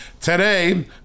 Today